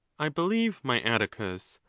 i believe, my atticus,